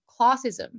classism